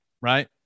right